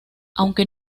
aunque